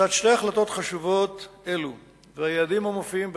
לצד שתי החלטות חשובות אלו והיעדים המופיעים בהם,